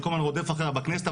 אני כל הזמן רודף אחריה בכנסת,